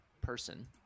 person